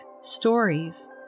stories